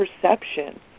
perception